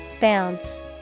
Bounce